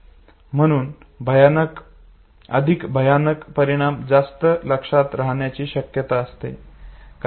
म्हणून अधिक भयानक परिणाम जास्त लक्षात राहण्याची शक्यता असते